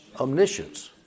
Omniscience